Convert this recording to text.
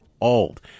old